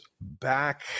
back